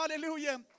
hallelujah